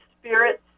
spirits